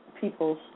people's